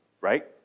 right